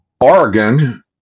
Oregon